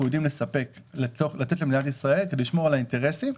יודעים לספק למדינת ישראל כדי לשמור על האינטרסים,